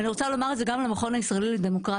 ואני רוצה לומר את זה גם למכון הישראלי לדמוקרטיה,